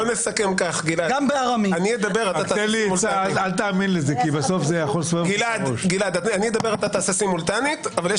בוא נסכם שאני אדבר ואתה תתרגם סימולטנית אבל יש